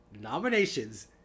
nominations